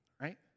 right